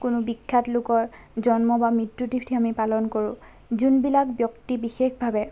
কোনো বিখ্যাত লোকৰ জন্ম বা মৃত্যু তিথি আমি পালন কৰোঁ যোনবিলাক ব্যক্তি বিশেষভাৱে